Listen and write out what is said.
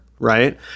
Right